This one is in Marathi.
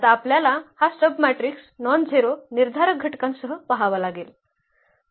आता आपल्याला हा सबमॅट्रिक्स नॉनझेरो निर्धारक ांसह पहावा लागेल